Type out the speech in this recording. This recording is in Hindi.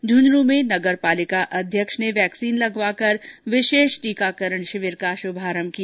झुंझुनू में नगरपालिका अध्यक्ष ने वैक्सीन लगवाकर विशेष टीकाकरण शिविर का शुभारंभ किया